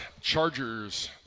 Chargers